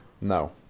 No